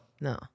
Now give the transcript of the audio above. No